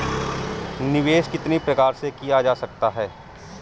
निवेश कितनी प्रकार से किया जा सकता है?